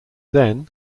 then